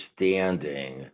understanding